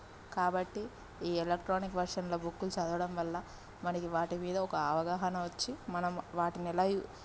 కాబట్టి ఈ ఎలక్ట్రానిక్ వెర్షన్లో బుక్కులు చదవడం వల్ల మనకి వాటి మీద ఒక అవగాహన వచ్చి మనం వాటిని ఎలా యూ